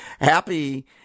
happy